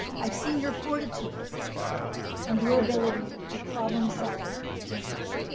i've seen your fortitude and your ability to problem solve and to lead.